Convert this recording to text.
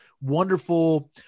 wonderful